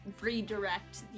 redirect